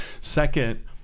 second